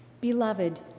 Beloved